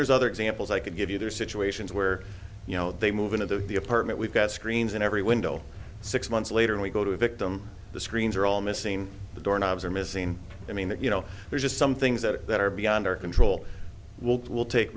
there's other examples i could give you there are situations where you know they move into the apartment we've got screens in every window six months later and we go to a victim the screens are all missing the door knobs are missing i mean that you know there's just some things that are beyond our control world will take